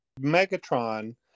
Megatron